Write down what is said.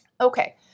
Okay